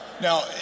Now